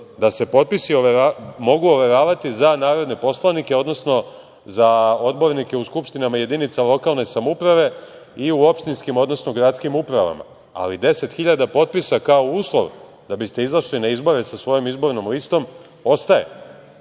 da se potpisi mogu overavati za narodne poslanike, odnosno, za odbornike u skupštinama jedinica lokalne samouprave i u opštinskim, odnosno gradskim upravama, ali 10.000 potpisa kao uslov da biste izašli na izbore sa svojom izbornom listom ostaje.